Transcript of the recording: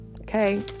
okay